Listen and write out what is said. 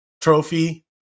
Trophy